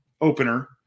opener